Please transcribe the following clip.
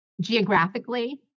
Geographically